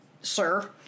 sir